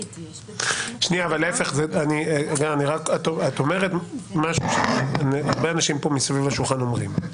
את אומרת משהו שהרבה אנשים פה מסביב לשולחן אומרים.